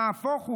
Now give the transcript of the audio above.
נהפוך הוא,